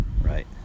right